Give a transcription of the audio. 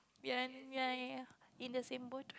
ya ya ya ya in the same boat